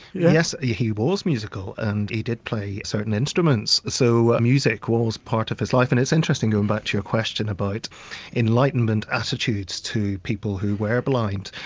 yes, he he was musical and he did play certain instruments, so music was part of his life. and it's interesting, going back to your question about enlightenment attitudes to people who were blind,